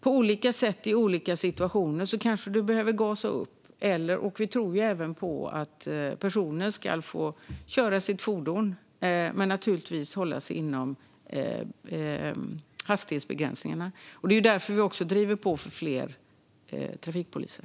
På olika sätt i olika situationer kanske du behöver gasa. Vi tror även på att personer ska få köra sitt fordon. Men de ska naturligtvis hålla sig inom hastighetsbegränsningarna. Det är därför vi också driver på för fler trafikpoliser.